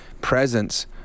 presence